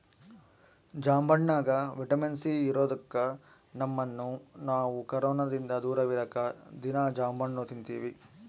ಜಾಂಬಣ್ಣಗ vitamin C ಇರದೊಕ್ಕ ನಮ್ಮನ್ನು ನಾವು ಕೊರೊನದಿಂದ ದೂರವಿರಕ ದೀನಾ ಜಾಂಬಣ್ಣು ತಿನ್ತಿವಿ